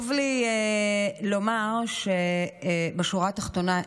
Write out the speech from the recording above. חשוב לי לומר שבשורה התחתונה,